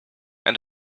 and